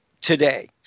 today